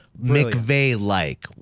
McVeigh-like